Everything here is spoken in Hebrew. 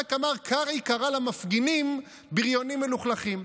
רק אמר: קרעי קרא למפגינים "בריונים מלוכלכים".